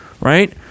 right